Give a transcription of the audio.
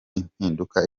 impinduka